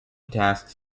tasks